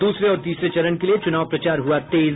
दूसरे और तीसरे चरण के लिये चुनाव प्रचार हुआ तेज